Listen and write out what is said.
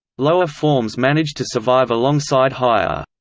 lower forms manage to survive alongside higher.